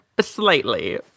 slightly